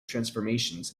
transformations